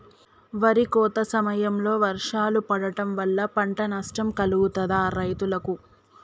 వరి కోత సమయంలో వర్షాలు పడటం వల్ల పంట నష్టం కలుగుతదా రైతులకు?